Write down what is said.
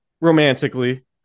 romantically